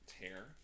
tear